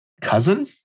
Cousin